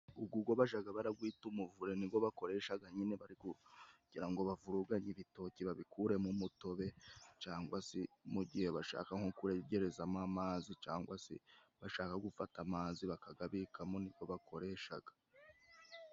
Ugugo bajaga baragwita umuvure ni go bakoreshaga nyine bari kugira ngo bavuruganye ibitoki, babikuremo umutobe, cangwa se mu gihe bashaka nko kuregerezamo amazi, cangwa se bashaka gufata amazi bakagabikamo nigo bakoreshaga.